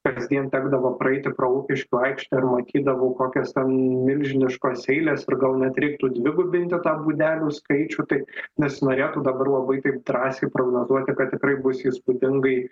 kasdien tekdavo praeiti pro lukiškių aikštę ir matydavau kokios ten milžiniškos eilės ir gal net reiktų dvigubinti tą būdelių skaičių tai nesinorėtų dabar labai taip drąsiai prognozuoti kad tikrai bus įspūdingai